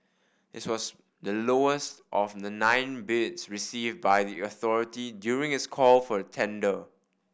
this was the lowest of the nine bids received by the authority during its call for tender